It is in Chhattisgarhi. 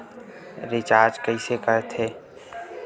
रिचार्ज कइसे कर थे?